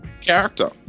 character